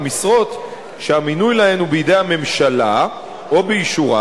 הוא משרות שהמינוי להן הוא בידי הממשלה או באישורה,